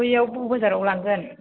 बैयाव बौ बाजाराव लांगोन